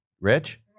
Rich